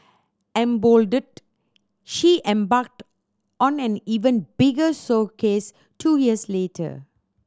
emboldened she embarked on an even bigger showcase two years later